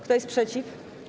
Kto jest przeciw?